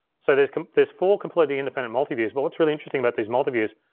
so there's there's four completely independent multiviews, but what's really interesting about these multiviews,